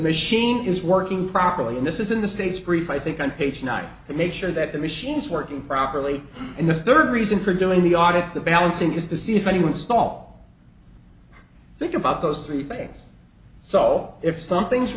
machine is working properly and this is in the states brief i think on page nine to make sure that the machines working properly and the third reason for doing the audits the balancing is to see if anyone saw think about those three things so if something's